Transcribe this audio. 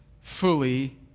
fully